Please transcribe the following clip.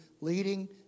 leading